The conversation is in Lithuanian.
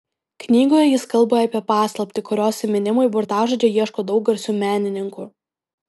knygoje jis kalba apie paslaptį kurios įminimui burtažodžio ieško daug garsių menininkų